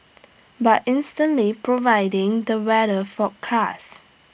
by instantly providing the weather forecast